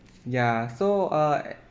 yeah so uh